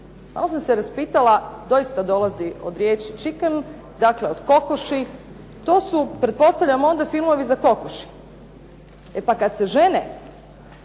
Malo sam se raspitala, doista dolazi od riječi chicken, dakle od kokoši. To su pretpostavljam onda filmovi za kokoši. E pa kad se žene